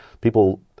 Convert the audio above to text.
people